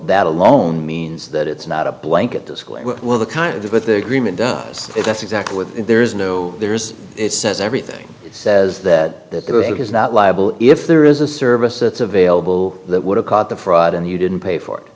that alone means that it's not a blanket disclaimer the kind of what the agreement does if that's exactly what there is no there is it says everything it says that it is not liable if there is a service that's available that would have caught the fraud and you didn't pay for it